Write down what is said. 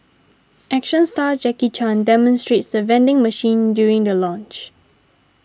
action star Jackie Chan demonstrates the vending machine during the launch